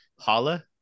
Holla